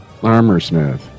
Armorsmith